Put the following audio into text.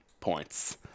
points